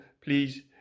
Please